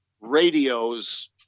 radio's